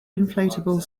inflatable